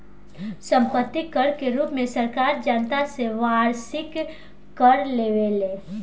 सम्पत्ति कर के रूप में सरकार जनता से वार्षिक कर लेवेले